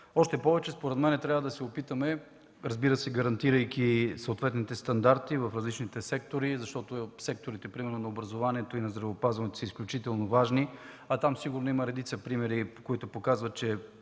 още повече, според мен, трябва да се опитаме, разбира се, гарантирайки съответните стандарти в различните сектори, защото например секторите на образованието и здравеопазването са изключително важни, а там сигурно има редица примери, показващи, че